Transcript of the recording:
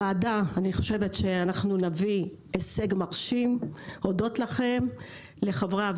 אני חושבת שאנחנו נביא הישג מרשים הודות לוועדה,